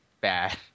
bad